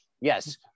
Yes